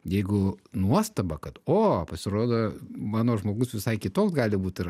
jeigu nuostaba kad o pasirodo mano žmogus visai kitoks gali būt ir